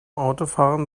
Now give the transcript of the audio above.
autofahren